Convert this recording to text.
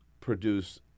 produce